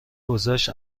گذشت